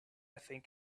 think